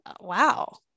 wow